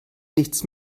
nichts